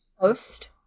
post